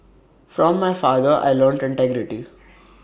from my father I learnt integrity